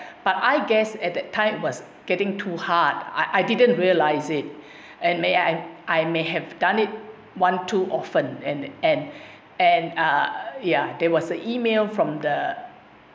but I guess at that time was getting too hard I didn't realise it and may I I may have done it one too often and and and ya there was an email from the